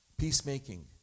Peacemaking